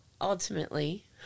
ultimately